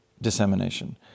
dissemination